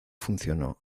funcionó